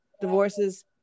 divorces